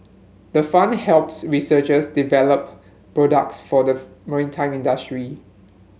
the fund helps researchers develop products for the maritime industry